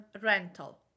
rental